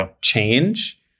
change